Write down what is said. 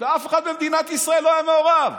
ואף אחד במדינת ישראל לא היה מעורב,